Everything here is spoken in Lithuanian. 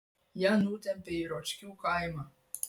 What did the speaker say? ją nutempė į ročkių kaimą